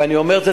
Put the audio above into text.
ואני אומר את זה,